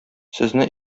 сезне